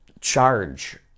Charge